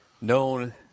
known